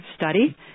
study